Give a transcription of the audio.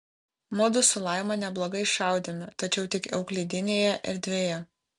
mudu su laima neblogai šaudėme tačiau tik euklidinėje erdvėje